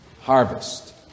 harvest